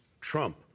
Trump